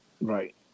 Right